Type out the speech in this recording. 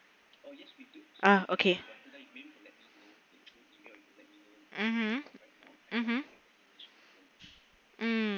ah okay hmm hmm mm